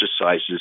exercises